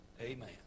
amen